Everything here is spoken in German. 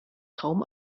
kaum